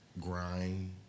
grind